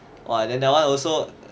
!whoa! then that one also